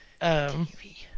TV